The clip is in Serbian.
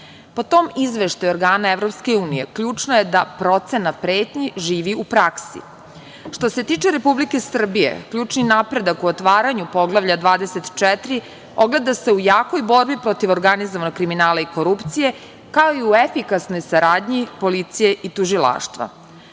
Po tom izveštaju organa EU, ključno je da procena pretnji živi u praksi. Što se tiče Republike Srbije ključni napredak u otvaranju Poglavlja 24 ogleda se u jakoj borbi protiv organizovanog kriminala i korupcije, kao i u efikasnoj saradnji policije i